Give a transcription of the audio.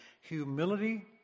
Humility